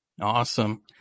Awesome